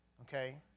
Okay